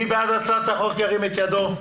מי בעד הצעת החוק, ירים את ידו.